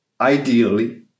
ideally